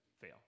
fail